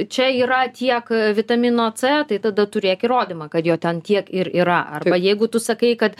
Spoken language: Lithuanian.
čia yra tiek vitamino c tai tada turėk įrodymą kad jo ten tiek ir yra arba jeigu tu sakai kad